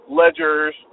ledgers